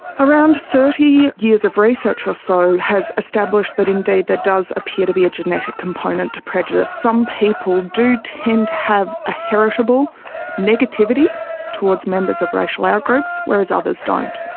around thirty years of research or so has established that indeed there does appear to be a genetic component to prejudice. some people do tend to have a heritable negativity towards members of racial out-groups, whereas others don't.